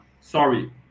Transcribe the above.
sorry